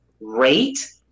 rate